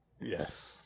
Yes